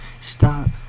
Stop